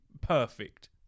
perfect